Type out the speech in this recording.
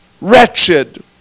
wretched